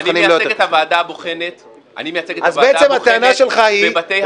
אני מייצג את הוועדה הבוחנת בבתי המשפט.